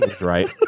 right